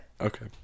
Okay